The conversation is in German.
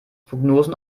prognosen